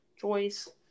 Joyce